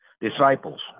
Disciples